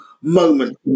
moment